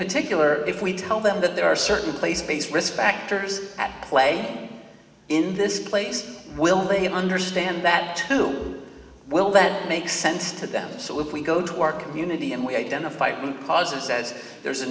particular if we tell them that there are certain place based risk factors at play in this place will they understand that and two will that make sense to them so if we go to our community and we identify root causes says there's a